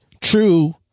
true